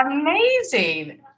Amazing